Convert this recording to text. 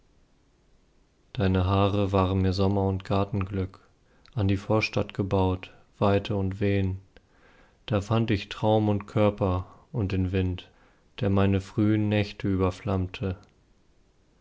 deine haare waren mir sommer und gartenglück an die vorstadt gebaut weite und wehen da fand ich traum und körper und den wind der meine frühen nächte